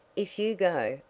if you go,